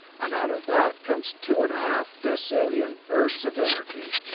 and out of that comes two and a half decillion ergs of energy.